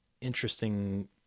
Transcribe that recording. interesting